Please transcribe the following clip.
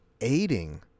aiding